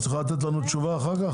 אז תיתני לנו תשובה אחר כך?